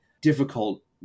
difficult